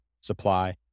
supply